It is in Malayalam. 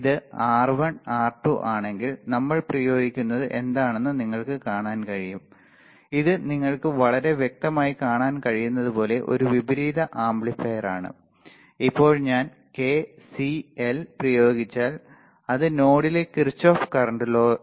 ഇത് R1 R2 ആണെങ്കിൽ നമ്മൾ പ്രയോഗിക്കുന്നത് എന്താണെന്ന് നിങ്ങൾക്ക് കാണാൻ കഴിയും ഇത് നിങ്ങൾക്ക് വളരെ വ്യക്തമായി കാണാൻ കഴിയുന്നതുപോലെ ഒരു വിപരീത ആംപ്ലിഫയറാണ് ഇപ്പോൾ ഞാൻ K C L പ്രയോഗിച്ചാൽ അത് നോഡിലെ കിർചോഫ് കറൻറ് ലോ ആണ്